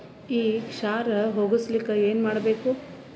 ಈ ಕ್ಷಾರ ಹೋಗಸಲಿಕ್ಕ ಏನ ಮಾಡಬೇಕು?